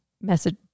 message